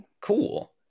cool